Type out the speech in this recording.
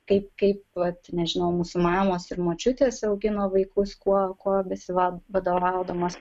kaip kaip vat nežinau mūsų mamos ir močiutės augino vaikus kuo kuo besivadovaudamos